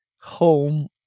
home